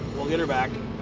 we'll get her back.